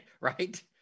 right